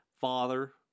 father